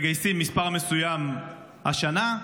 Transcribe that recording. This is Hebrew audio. מגייסים מספר מסוים השנה,